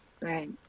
right